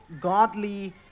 godly